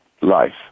life